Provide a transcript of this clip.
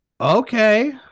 Okay